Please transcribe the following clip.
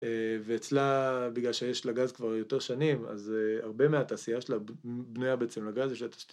‫ואצלה, בגלל שיש לה גז כבר יותר שנים, ‫אז הרבה מהתעשייה שלה ‫בנויה בעצם לגז, יש לה תשתית.